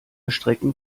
strecken